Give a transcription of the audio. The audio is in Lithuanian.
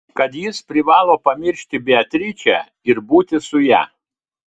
kad jis privalo pamiršti beatričę ir būti su ja